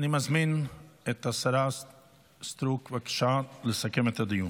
אני מזמין את השרה סטרוק, בבקשה, לסכם את הדיון.